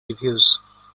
reviews